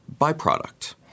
byproduct